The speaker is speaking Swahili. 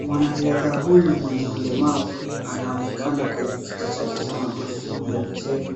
Mwanariadha huyu mwenye ulemavu anaonekana kwenye kiti chake cha magurudumu ya michezo